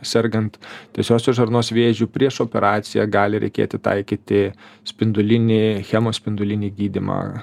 sergant tiesiosios žarnos vėžiu prieš operaciją gali reikėti taikyti spindulinį chemo spindulinį gydymą